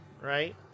right